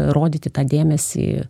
rodyti tą dėmesį